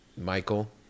Michael